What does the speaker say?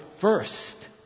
first